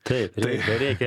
taip reikia